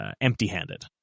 empty-handed